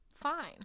fine